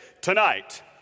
tonight